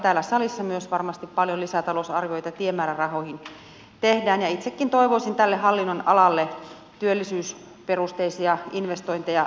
täällä salissa myös varmasti paljon lisätalousarvioita tiemäärärahoihin tehdään ja itsekin toivoisin tälle hallinnonalalle työllisyysperusteisia investointeja lisää